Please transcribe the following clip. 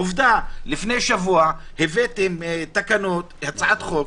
עובדה לפני שבוע הבאתי הצעת חוק